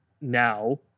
now